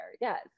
yes